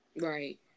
Right